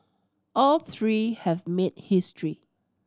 all three have made history